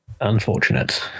Unfortunate